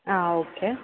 okay